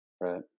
Right